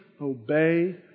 obey